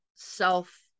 self